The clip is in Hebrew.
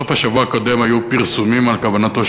בסוף השבוע הקודם היו פרסומים על כוונתו